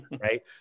Right